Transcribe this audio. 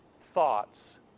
thoughts